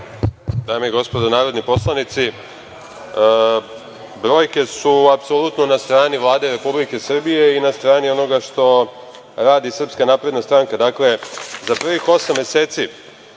Dame i gospodo narodni poslanici, brojke su apsolutno na strani Vlade Republike Srbije i na strani onoga što radi SNS.Dakle, za prvih osam meseci